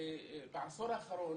בעשור האחרון